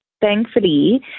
thankfully